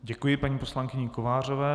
Děkuji paní poslankyni Kovářové.